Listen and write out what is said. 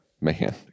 man